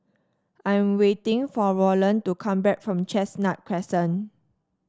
I am waiting for Rolland to come back from Chestnut Crescent